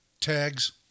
tags